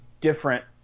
different